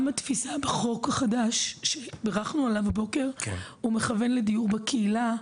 גם התפיסה בחוק החדש שבירכנו עליו הבוקר מכוונת לדיור בקהילה.